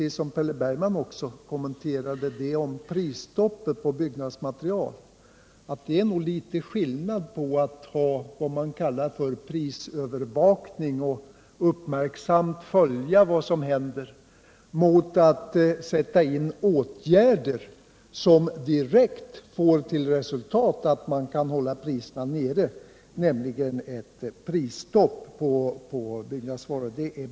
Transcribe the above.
Liksom Per Bergman måste jag beträffande prisstoppet på byggnadsmaterial säga att det är skillnad på vad man kallar prisövervakning, att uppmärksamt följa vad som händer, och att sätta in åtgärder som direkt får till resultat att priserna kan hållas nere. Det är alltså bättre med ett prisstopp på byggnadsvaror.